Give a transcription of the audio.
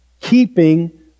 Keeping